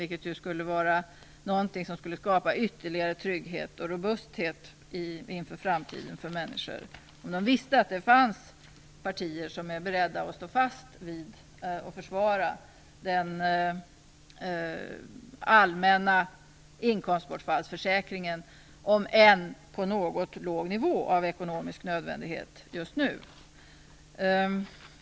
Det skulle skapa ytterligare robusthet och trygghet inför framtiden om människorna visste att det finns partier som är beredda att stå fast vid och försvara den allmänna inkomstbortfallsförsäkringen, om än på något låg nivå av ekonomisk nödvändighet just nu.